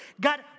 God